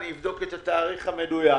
אני אבדוק את התאריך המדויק.